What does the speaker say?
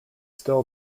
still